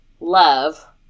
love